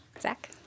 Zach